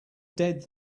dead